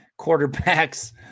quarterbacks